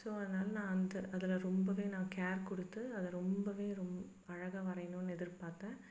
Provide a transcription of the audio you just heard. so அதனால் நான் அந்த அதில் ரொம்பவே நான் கேர் கொடுத்து அது ரொம்பவே ரொம் அழகாக வரையணும்னு எதிர்பார்த்தேன்